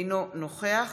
אינו נוכח